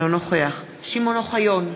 אינו נוכח שמעון אוחיון,